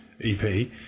EP